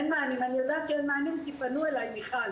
אני יודעת שאין מענים, כי פנו אליי, מיכל.